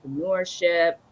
entrepreneurship